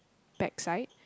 backside